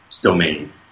domain